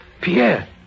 Pierre